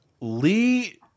Lee